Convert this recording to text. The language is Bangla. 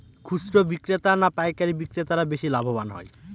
খুচরো বিক্রেতা না পাইকারী বিক্রেতারা বেশি লাভবান হয়?